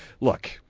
Look